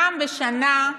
פעם בשנה,